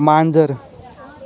मांजर